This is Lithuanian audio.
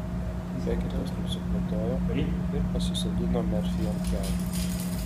beketas nusikvatojo ir pasisodino merfį ant kelių